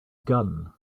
gun